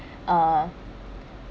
uh